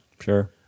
Sure